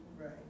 Right